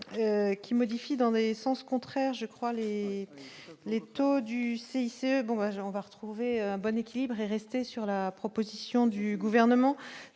qui modifie dans des sens contraires, je crois, les taux du CIC, bon ben on va retrouver un bon équilibre est resté sur la proposition du gouvernement,